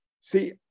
see